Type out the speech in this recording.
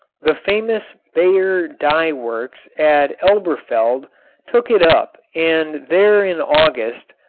the famous bayer dye works at elberfeld took it up and there in august,